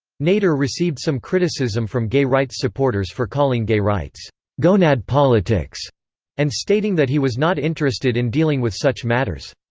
nader received some criticism from gay rights supporters for calling gay rights gonad politics and stating that he was not interested in dealing with such matters.